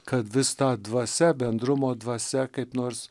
kad vis ta dvasia bendrumo dvasia kaip nors